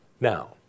Now